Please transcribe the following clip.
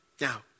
Now